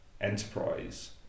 enterprise